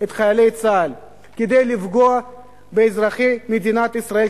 את חיילי צה"ל כדי לפגוע באזרחי מדינת ישראל,